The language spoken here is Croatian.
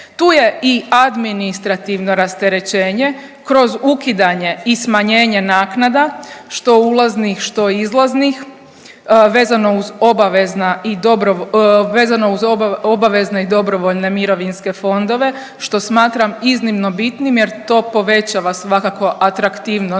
Tu je i administrativno rasterećenje kroz ukidanje i smanjenje naknada što ulaznih, što izlaznih vezano uz obavezna i dobro… vezano uz obavezne i dobrovoljne mirovinske fondove što smatram iznimno bitnim jer to povećava svakako atraktivnost